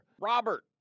Robert